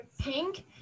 pink